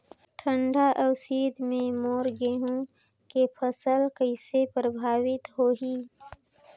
ठंडा अउ शीत मे मोर गहूं के फसल कइसे प्रभावित होही?